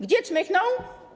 Gdzie czmychnął?